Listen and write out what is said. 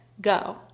go